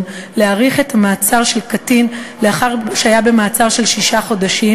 להאריך את המעצר של קטין לאחר שהיה במעצר של שישה חודשים,